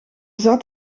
zat